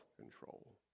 control